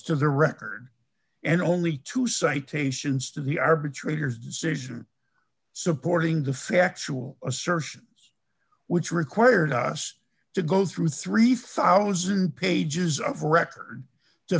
to the record and only two citations to the arbitrator's decision supporting the factual assertions which required us to go through three thousand dollars pages of record to